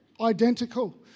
identical